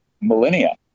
millennia